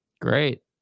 Great